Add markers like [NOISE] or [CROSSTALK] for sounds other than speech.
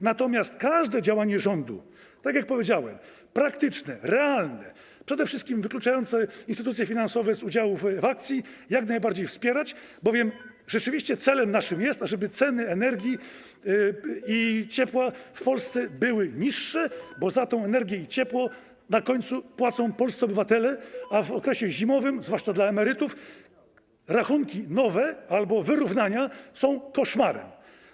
Natomiast każde działanie rządu, tak jak powiedziałem, praktyczne, realne, przede wszystkim wykluczające instytucje finansowe z udziałów w aukcji, jak najbardziej wspierać, bowiem rzeczywiście naszym celem jest to, [NOISE] ażeby ceny energii i ciepła w Polsce były niższe, bo za tę energię i ciepło na końcu płacą polscy obywatele, a w okresie zimowym zwłaszcza dla emerytów nowe rachunki albo wyrównania są koszmarem.